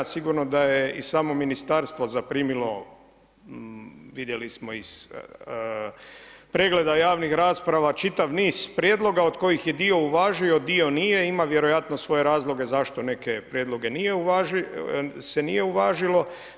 Sigurno da je i samo ministarstvo zaprimilo vidjeli smo iz pregleda javnih rasprava čitav niz prijedlog od kojih je dio uvažio, dio nije i ima vjerojatno svoje razloge zašto neke prijedloge se nije uvažio.